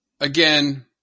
again